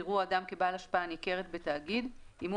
יראו אדם כבעל השפעה ניכרת בתאגיד אם הוא